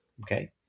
Okay